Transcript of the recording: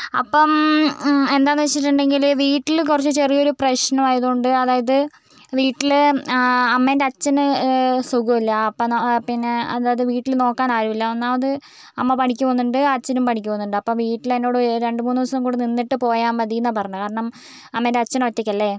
അപ്പം എന്താന്ന് വെച്ചിട്ടുണ്ടെങ്കിൽ വീട്ടിൽ കുറച്ച് ചെറിയൊരു പ്രശ്നമായതുകൊണ്ട് അതായത് വീട്ടിലെ അമ്മേൻ്റെ അച്ഛന് സുഖമില്ല അപ്പം ന പിന്നെ അതായത് വീട്ടിൽ നോക്കാൻ ആരുമില്ല ഒന്നാമത് അമ്മ പണിക്ക് പോകുന്നുണ്ട് അച്ഛനും പണിക്കു പോകുന്നുണ്ട് അപ്പോൾ വീട്ടിൽ എന്നോട് രണ്ടുമൂന്നു ദിവസം കൂടി നിന്നിട്ട് പോയാൽ മതിന്നാണ് പറഞ്ഞത് കാരണം അമ്മേൻറ്റെ അച്ഛൻ ഒറ്റക്കല്ലേ